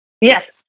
Yes